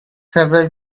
several